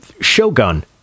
Shogun